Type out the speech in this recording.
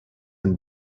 and